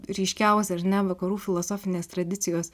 ryškiausią žinia vakarų filosofinės tradicijos